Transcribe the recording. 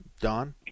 Don